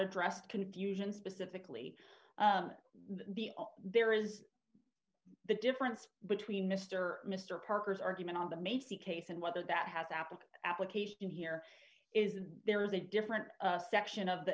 addressed confusion specifically the there is the difference between mr mr parker's argument on the make the case and whether that has happened application here is there is a different section of the